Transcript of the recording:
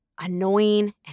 Annoying